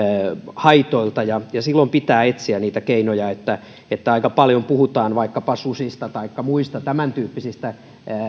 haitoilta ja ja silloin pitää etsiä niitä keinoja aika paljon puhutaan vaikkapa susista taikka muista tämäntyyppisistä